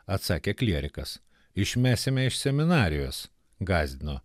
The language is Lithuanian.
atsakė klierikas išmesime iš seminarijos gąsdino